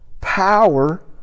power